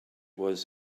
was